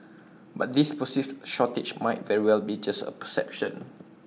but this perceived shortage might very well be just A perception